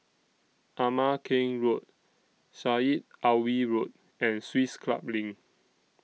Ama Keng Road Syed Alwi Road and Swiss Club LINK